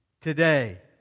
today